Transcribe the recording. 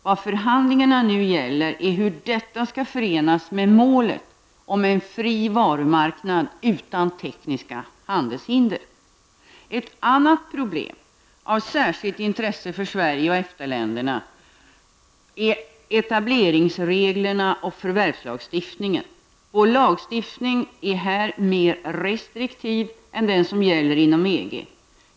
Vad förhandlingarna nu gäller är hur detta skall förenas med målet om en fri varumarknad utan tekniska handelshinder. Ett annat problem av särskilt intresse för Sverige och EFTA-länderna är etableringsreglerna och förvärvslagstiftningen. Vår lagstiftning är här mer restriktiv än den som gäller inom EG.